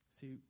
See